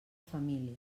família